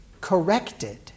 corrected